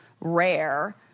rare